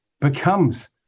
becomes